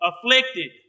afflicted